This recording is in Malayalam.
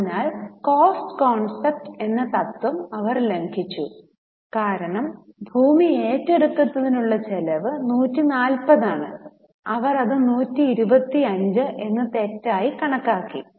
അതിനാൽ കോസ്റ്റ് കൺസെപ്റ്റ് എന്ന തത്ത്വം അവർ ലംഘിച്ചു കാരണം ഭൂമി ഏറ്റെടുക്കുന്നതിനുള്ള ചെലവ് 140 ആണ് അവർ അത് 125 എന്ന് തെറ്റായി കണക്കാക്കി